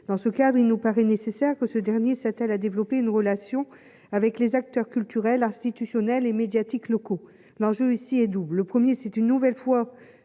dans ce cadre, il nous paraît nécessaire que ce dernier s'attelle à développer une relation avec les acteurs culturels institutionnels et médiatiques locaux l'enjeu ici est double : 1er s'est une nouvelle fois